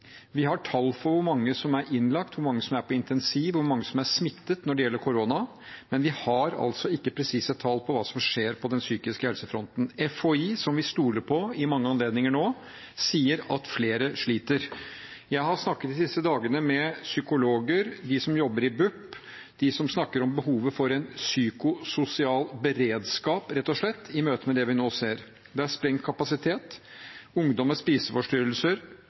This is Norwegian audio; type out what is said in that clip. Vi har tall på hvor mange som er innlagt, hvor mange som er på intensiv, hvor mange som er smittet når det gjelder korona. Men vi har altså ikke presise tall på hva som skjer på den psykiske helsefronten. FHI, som vi stoler på i mange anledninger nå, sier at flere sliter. Jeg har i disse dagene snakket med psykologer, de som jobber i BUP, de som snakker om behovet for en psykososial beredskap – rett og slett – i møte med det vi nå ser. Det er sprengt kapasitet, ungdom med spiseforstyrrelser,